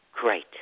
Great